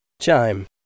Chime